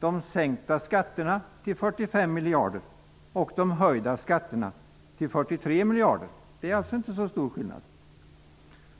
de sänkta skatterna till 45 miljarder och de höjda skatterna till 43 miljarder. Det är alltså inte så stor skillnad.